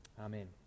Amen